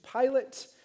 Pilate